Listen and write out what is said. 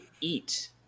eat